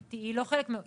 היא לא תמידית.